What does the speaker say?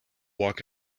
walk